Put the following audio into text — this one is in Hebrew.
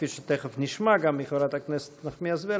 כפי שתכף נשמע גם מחברת הכנסת נחמיאס ורבין,